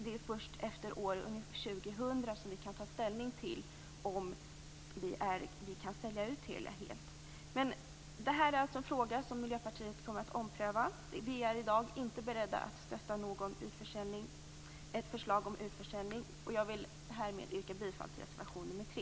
Det är först efter år 2000 som vi kan ta ställning till om vi kan sälja ut Telia helt. Det här är alltså en fråga som Miljöpartiet kommer att ompröva. Vi är i dag inte beredda att stödja ett förslag till utförsäljning. Jag vill härmed yrka bifall till reservation nr 3.